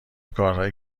کارهای